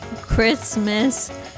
Christmas